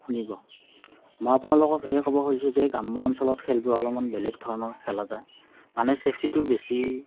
শুনিব মই আপোনালোকক এয়ে ক'ব খুজিছোঁ যে গ্ৰাম্য অঞ্চলত খেলবোৰ অলপমান বেলেগ ধৰণৰ খেলা যায় মানে চেফটিটো বেছি